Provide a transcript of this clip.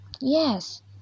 Yes